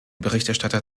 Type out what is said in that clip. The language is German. berichterstatter